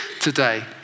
today